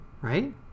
Right